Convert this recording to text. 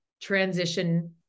transition